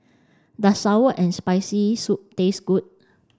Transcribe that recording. does sour and spicy soup taste good